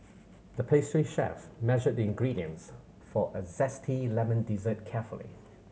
the pastry chef measured the ingredients for a zesty lemon dessert carefully